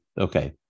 Okay